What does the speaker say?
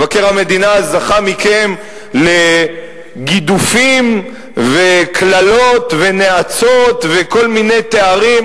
מבקר המדינה זכה מכם לגידופים וקללות ונאצות וכל מיני תארים.